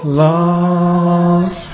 lost